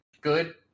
good